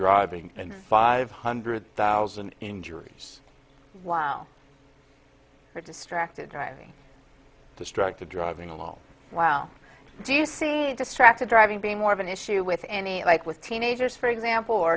driving and five hundred thousand injuries while you're distracted driving distracted driving along well do you see distracted driving being more of an issue with any like with teenagers for example or